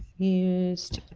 used